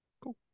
cool